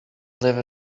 live